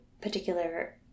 particular